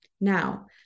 Now